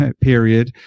period